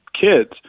kids